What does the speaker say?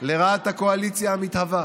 לרעת הקואליציה המתהווה.